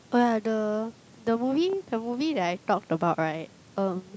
oh yeah the the movie the movie that I talked about right um